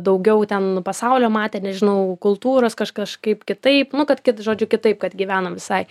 daugiau ten pasaulio matę nežinau kultūros kažkaip kitaip nu kad kitu žodžiu kitaip kad gyvename visai